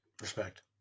Respect